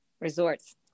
Resorts